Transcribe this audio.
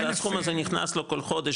והסכום הזה נכנס לו כל חודש,